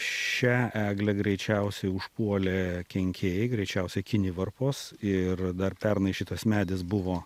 šią eglę greičiausiai užpuolė kenkėjai greičiausiai kinivarpos ir dar pernai šitas medis buvo